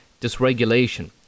dysregulation